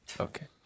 Okay